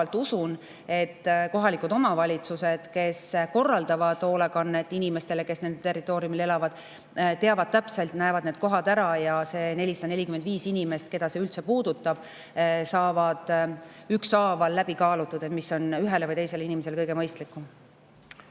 usun, et kohalikud omavalitsused, kes korraldavad hoolekannet inimestele, kes nende territooriumil elavad, teavad täpselt ja näevad need kohad ära ja et nende 445 inimese puhul, keda see üldse puudutab, saab ükshaaval läbi kaalutud, mis on ühele või teisele inimesele kõige mõistlikum.